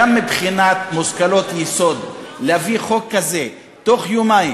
גם מבחינת מושכלות יסוד: להביא חוק כזה בתוך יומיים,